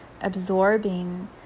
absorbing